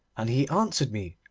and he answered me,